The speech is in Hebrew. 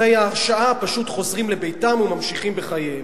אחרי ההרשעה פשוט חוזרים לביתם וממשיכים בחייהם.